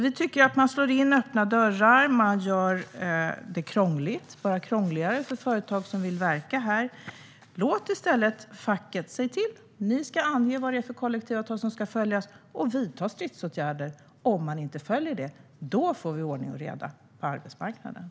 Vi tycker att regeringen slår in öppna dörrar och gör det krångligare för företag som vill verka här. Säg i stället till facket att ange vad det är för kollektivavtal som ska följas och att vidta stridsåtgärder om företagen inte följer det. Då får vi ordning och reda på arbetsmarknaden.